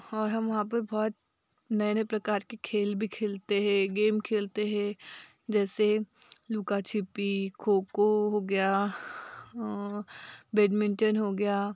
और हम वहाँ पर बहुत नए नए प्रकार के खेल भी खेलते हैं गेम खेलते हैं जैसे लुका छिपी खो खो हो गया बेडमिंटन हो गया